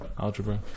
algebra